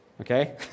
okay